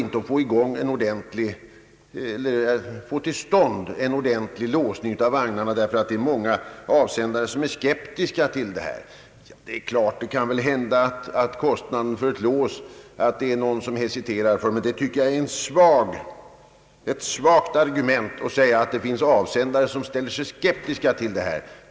men att det inte går att få till stånd en ordentlig låsning av vagnarna, därför att många avsändare av gods är skeptiska till detta. Det kanske kan hända att någon hesiterar inför kostnaden av ett lås, men jag tycker det är ett svagt argument att säga att det finns avsändare som är skeptiska.